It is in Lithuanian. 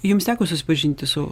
jums teko susipažinti su